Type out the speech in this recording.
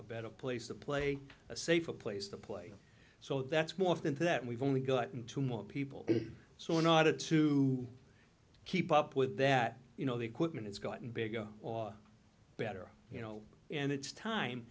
a better place to play a safer place to play so that's morphed into that we've only gotten two more people in so in order to keep up with that you know the equipment it's gotten bigger or better you know and it's time